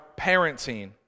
parenting